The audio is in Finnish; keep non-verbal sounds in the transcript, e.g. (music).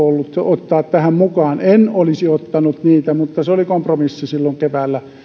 (unintelligible) ollut ottaa tähän mukaan en olisi ottanut niitä mutta se oli kompromissi silloin keväällä